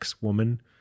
woman